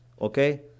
okay